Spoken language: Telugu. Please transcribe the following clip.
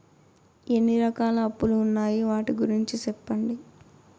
ఎన్ని రకాల అప్పులు ఉన్నాయి? వాటి గురించి సెప్పండి?